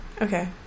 Okay